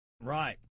Right